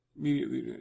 immediately